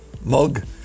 mug